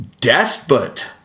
despot